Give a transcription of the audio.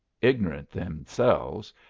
ignorant themselves,